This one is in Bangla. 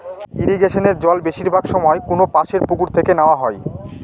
ইরিগেশনের জল বেশিরভাগ সময় কোনপাশর পুকুর থেকে নেওয়া হয়